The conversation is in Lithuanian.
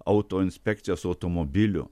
autoinspekcijos automobilių